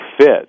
fit